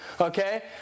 okay